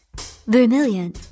Vermilion